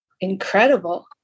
incredible